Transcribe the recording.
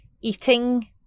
Eating